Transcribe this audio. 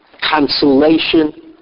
consolation